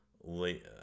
late